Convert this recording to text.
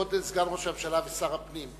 כבוד סגן ראש הממשלה ושר הפנים,